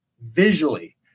visually